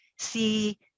see